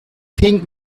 think